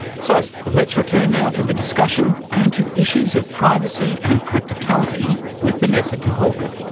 so, let's return now to the discussion and to issues of privacy and practicality with vanessa toholka.